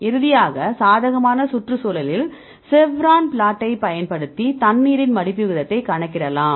இறுதியாக சாதகமான சுற்றுச்சூழலில் செவ்ரான் பிளாட்டை பயன்படுத்தி தண்ணீரின் மடிப்பு விகிதத்தை கணக்கிடலாம்